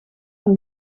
van